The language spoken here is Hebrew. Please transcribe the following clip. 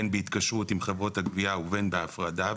בין בהתקשרות עם חברות הגבייה ובין בהפרדה.